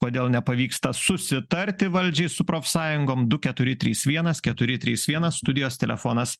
kodėl nepavyksta susitarti valdžiai su profsąjungom du keturi trys vienas keturi trys vienas studijos telefonas